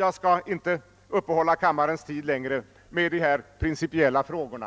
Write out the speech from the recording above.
Jag skall inte uppehålla kammaren längre med dessa principiella frågor.